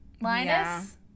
Linus